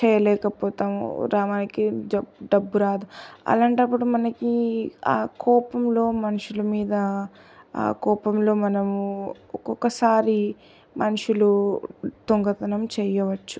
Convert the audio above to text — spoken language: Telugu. చేయలేకపోతాము రామాకి డబ్బు రాదు అలాంటప్పుడు మనకి ఆ కోపంలో మనుషుల మీద ఆ కోపంలో మనము ఒకొక్కసారి మనుషులు దొంగతనం చేయవచ్చు